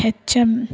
HM